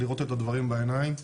לראות את הדברים בעיניים.